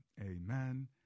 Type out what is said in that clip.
Amen